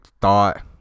thought